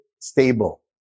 stable